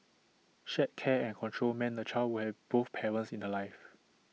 shared care and control meant the child would have both parents in her life